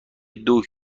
دوگ